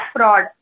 Fraud